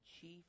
chief